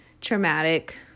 traumatic